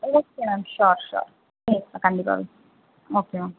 okay ma'am sure sure hmm கண்டிப்பாக ma'am okay ma'am